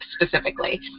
specifically